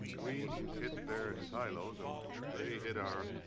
we hit their silos and they hit our.